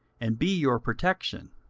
and be your protection.